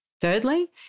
thirdly